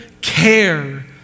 care